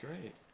great